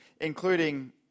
including